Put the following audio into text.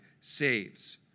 saves